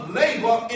labor